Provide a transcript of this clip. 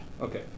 Okay